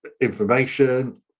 information